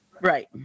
Right